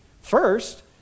first